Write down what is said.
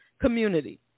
community